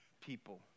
people